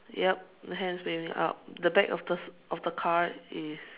yup hands raising up the back of the of the car is